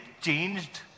changed